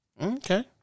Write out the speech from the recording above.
Okay